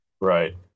Right